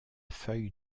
feuille